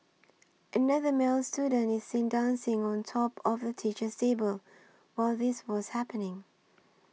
another male student is seen dancing on top of the teacher's table while this was happening